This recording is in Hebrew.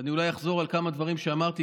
ואני אולי אחזור על כמה דברים שאמרתי,